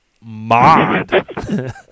mod